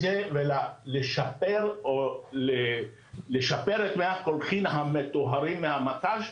זה ולשפר את מי הקולחים המטוהרים מהמט"ש,